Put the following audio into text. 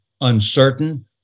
uncertain